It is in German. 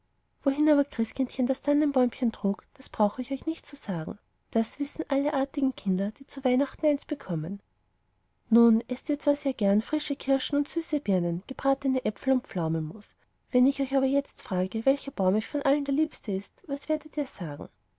wohin aber christkind das tannenbäumchen trug das brauche ich euch nicht zu sagen das wissen alle artigen kinder die zu weihnachten eins bekommen nun esset ihr zwar sehr gern frische kirschen und süße birnen gebratne äpfel und pflaumenmus wenn ich euch aber jetzt frage welcher baum ist euch der liebste von allen was werdet ihr sagen